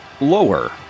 lower